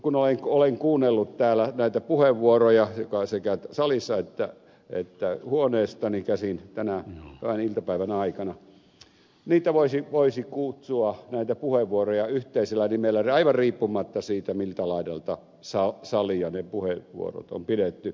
kun olen kuunnellut täällä näitä puheenvuoroja sekä salissa että huoneestani käsin tämän iltapäivän aikana näitä puheenvuoroja voisi kutsua aivan riippumatta siitä miltä laidalta salia ne puheenvuorot on pidetty yhteisellä nimellä äärettömät puheet